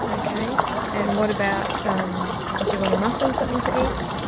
ok and what about so um do and a muffin, something to eat?